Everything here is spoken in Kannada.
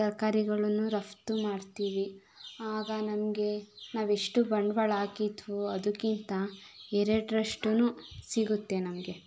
ತರಕಾರಿಗಳನ್ನು ರಫ್ತು ಮಾಡ್ತೀವಿ ಆಗ ನಮಗೆ ನಾವೆಷ್ಟು ಬಂಡವಾಳ ಹಾಕಿದ್ದೆವೋ ಅದಕ್ಕಿಂತ ಎರಡರಷ್ಟ್ರನ್ನು ಸಿಗುತ್ತೆ ನಮಗೆ